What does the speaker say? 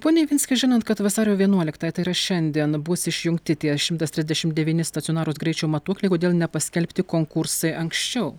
pone ivinski žinant kad vasario vienuoliktą tai yra šiandien bus išjungti tie šimtas trisdešim devyni stacionarūs greičio matuokliai kodėl nepaskelbti konkursai anksčiau